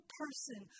person